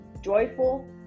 joyful